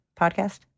podcast